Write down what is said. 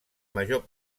major